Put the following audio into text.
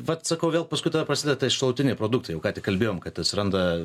vat sakau vėl paskui tada prasideda tie šalutiniai produktai jau ką tik kalbėjom kad atsiranda